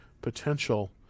potential